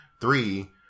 Three